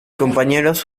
compañeros